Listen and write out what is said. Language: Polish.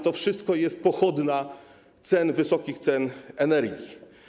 To wszystko jest pochodna cen, wysokich cen energii.